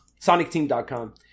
SonicTeam.com